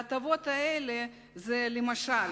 ההטבות האלה הן, למשל,